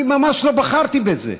אני ממש לא בחרתי בזה.